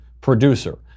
producer